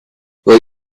will